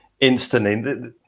instantly